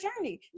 journey